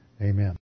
Amen